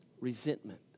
Resentment